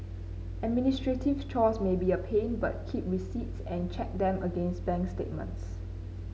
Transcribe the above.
administrative chores may be a pain but keep receipts and check them against bank statements